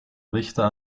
richter